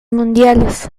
mundiales